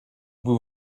vous